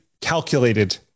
calculated